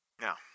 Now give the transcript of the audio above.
Now